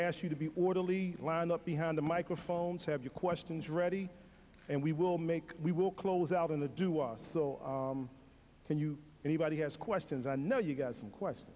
ask you to be orderly lined up behind the microphones have your questions ready and we will make we will close out in to do was so can you anybody has questions i know you got some questions